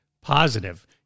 positive